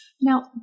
Now